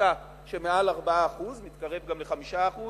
בממוצע שמעל 4%, ומתקרב גם ל-5%,